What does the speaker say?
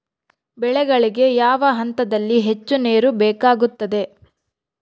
ಬೆಳೆಗಳಿಗೆ ಯಾವ ಹಂತದಲ್ಲಿ ಹೆಚ್ಚು ನೇರು ಬೇಕಾಗುತ್ತದೆ?